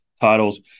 titles